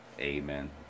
Amen